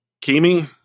Kimi